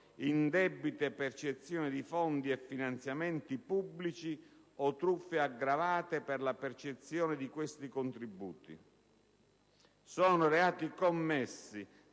indebite percezioni di fondi e finanziamenti pubblici o truffe aggravate per la percezione di questi contributi: sono reati commessi